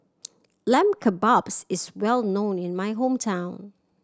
Lamb Kebabs is well known in my hometown